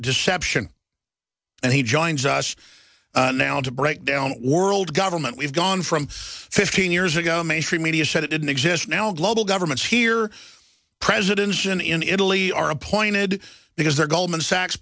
deception and he joins us now to break down world government we've gone from fifteen years ago mainstream media said it didn't exist no global governments here presidents and in italy are appointed because they're goldman sachs